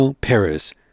Paris